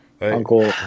Uncle